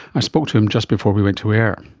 i spoke to him just before we went to air.